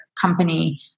company